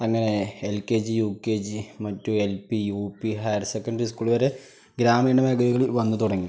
അങ്ങനെ L K G U K G മറ്റ് L P U P higher secondary school വരെ ഗ്രാമീണ മേഖലകളിൽ വന്ന് തുടങ്ങി